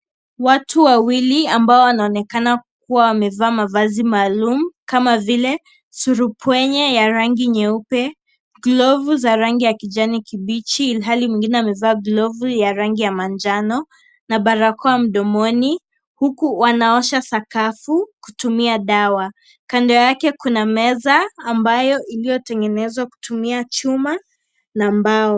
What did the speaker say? Watu wawili ambao wanaonekana kuwa wamevaa mavazi maalum kama vile surupwenye ya rangi nyeupe glovu za rangi ya kijani kibichi ilhali mwingine amevaa glovu ya rangi ya manjano na barakoa mdomoni huku wanaosha sakafu kutumia dawa. Kando ya ke kuna meza ambayo iliyotengenezwankutmia chuma na mbao .